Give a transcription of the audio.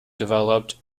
developed